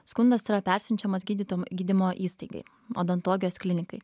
skundas yra persiunčiamas gydytam gydymo įstaigai odontologijos klinikai